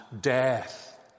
death